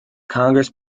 congress